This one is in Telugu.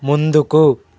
ముందుకు